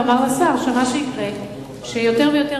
לומר לשר שמה שיקרה הוא שיותר ויותר